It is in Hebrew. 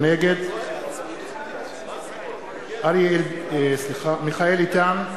נגד מיכאל איתן,